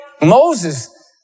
Moses